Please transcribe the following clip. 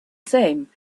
same